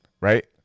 right